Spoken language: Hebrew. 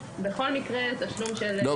בכל מקרה, התשלום הוא ממשרד הרווחה.